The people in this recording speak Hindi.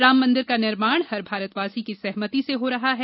राम मंदिर का निर्माण हर भारतवासी की सहमति से हो रहा है